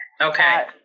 okay